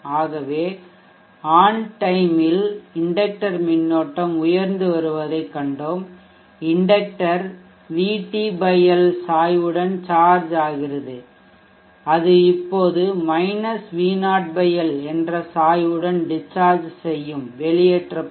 ஆகவே ஆன் டைமில் இண்டக்டர் மின்னோட்டம் உயர்ந்து வருவதைக் கண்டோம் இண்டக்டர் VT L சாய்வுடன் சார்ஜ் ஆகிறது அது இப்போது V0 L என்ற சாய்வுடன் டிஸ்சார்ஜ் செய்யும்வெளியேற்றப்படும்